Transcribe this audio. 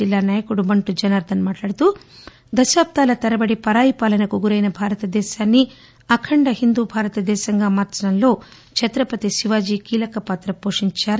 జిల్లా నాయకుడు బంటు జనార్ధన్ మాట్లాడుతూ దశాబ్దాల తరబడి పరాయి పాలనకు గురైన భారతదేశాన్ని అఖండ హిందూ భారతదేశంగా మార్చడంలో చత్రపతి శివాజీ కీలక పాత్ర పోషించాడని అన్నారు